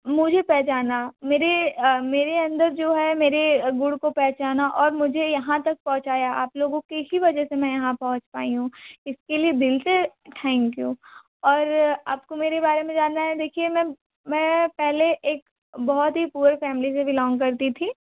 मुझे पहचाना मेरे मेरे अंदर जो है मेरे गुण को पहचाना और मुझे यहाँ तक पहुंचाया आप लोगों की ही वजह से मैं यहाँ पहुंच पाई हूँ इसके लिए दिल से थैंक यू और आपको मेरे बारे में जानना है देखिए मैं मैं पहले एक बहुत ही पुअर फैमिली से बिलॉन्ग करती थी